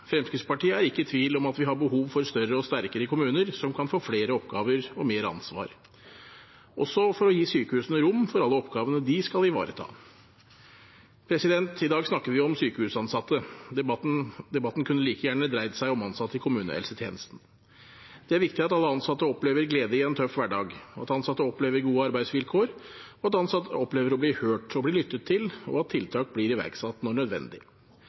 Fremskrittspartiet er ikke i tvil om at vi har behov for større og sterkere kommuner som kan få flere oppgaver og mer ansvar, også for å gi sykehusene rom for alle oppgavene de skal ivareta. I dag snakker vi om sykehusansatte. Debatten kunne like gjerne dreid seg om ansatte i kommunehelsetjenesten. Det er viktig at alle ansatte opplever glede i en tøff hverdag, at ansatte opplever gode arbeidsvilkår, og at ansatte opplever å bli hørt – bli lyttet til – og at tiltak blir iverksatt når det er nødvendig.